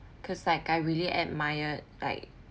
cause like I really admired like